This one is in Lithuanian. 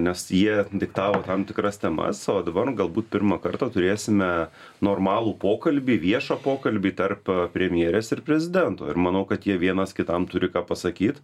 nes jie diktavo tam tikras temas o dabar galbūt pirmą kartą turėsime normalų pokalbį viešą pokalbį tarp premjerės ir prezidento ir manau kad jie vienas kitam turi ką pasakyt